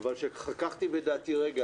אבל כשחככתי בדעתי 'רגע,